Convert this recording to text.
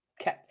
Okay